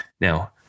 Now